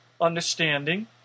understanding